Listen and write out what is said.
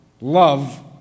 love